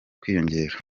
kwiyongera